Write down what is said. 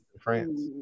france